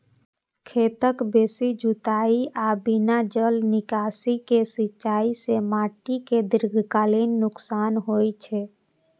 खेतक बेसी जुताइ आ बिना जल निकासी के सिंचाइ सं माटि कें दीर्घकालीन नुकसान होइ छै